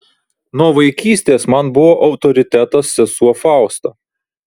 nuo vaikystės man buvo autoritetas sesuo fausta